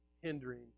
hindering